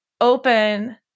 open